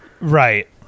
right